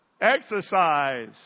Exercise